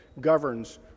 governs